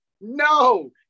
No